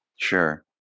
Sure